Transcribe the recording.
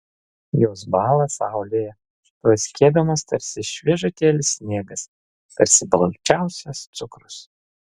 jos bąla saulėje tvaskėdamos tarsi šviežutėlis sniegas tarsi balčiausias cukrus